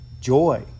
joy